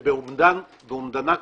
שבאומדנה כללית,